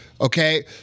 okay